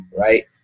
right